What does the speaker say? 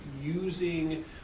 using